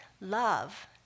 love